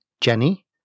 Jenny